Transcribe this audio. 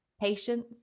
patience